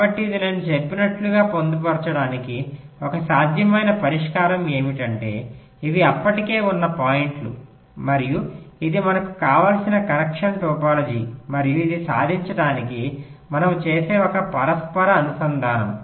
కాబట్టి ఇది నేను చెప్పినట్లుగా పొందుపరచడానికి ఒక సాధ్యమైన పరిష్కారం ఏమిటంటే ఇవి అప్పటికే ఉన్న పాయింట్లు మరియు ఇది మనకు కావలసిన కనెక్షన్ టోపోలాజీ మరియు ఇది సాధించడానికి మనము చేసే ఒక పరస్పర అనుసంధానం